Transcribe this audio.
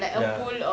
ya